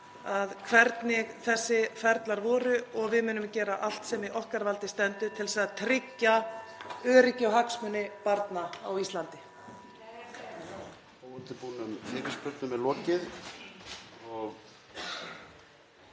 hvernig þessi ferlar voru og við munum gera allt sem í okkar valdi stendur (Forseti hringir.) til að tryggja öryggi og hagsmuni barna á Íslandi.